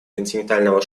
континентального